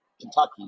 Kentucky